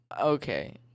Okay